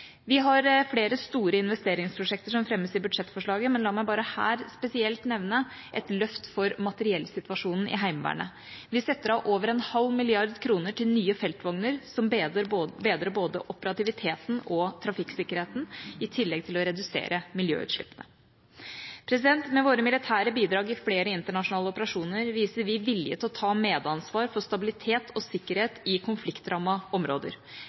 Vi har flere store investeringsprosjekter som fremmes i budsjettforslaget, men la meg bare her spesielt nevne et løft for materiellsituasjonen i Heimevernet. Vi setter av over en halv milliard kroner til nye feltvogner som bedrer både operativiteten og trafikksikkerheten, i tillegg til å redusere miljøutslippene. Med våre militære bidrag i flere internasjonale operasjoner viser vi vilje til å ta medansvar for stabilitet og sikkerhet i konfliktrammede områder.